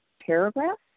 paragraph